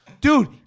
Dude